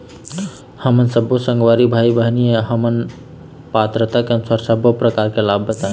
हमन सब्बो संगवारी भाई बहिनी हमन ला पात्रता के अनुसार सब्बो प्रकार के लाभ बताए?